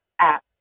app